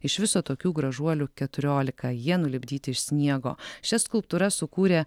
iš viso tokių gražuolių keturiolika jie nulipdyti iš sniego šias skulptūras sukūrė